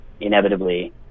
inevitably